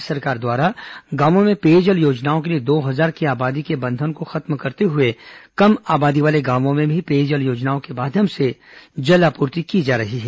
राज्य सरकार द्वारा गांवों में पेयजल योजनाओं के लिए दो हजार की आबादी के बंधन को खत्म करते हुए कम आबादी वाले गांवों में भी पेयजल योजनाओं के माध्यम से जल आपूर्ति की जा रही है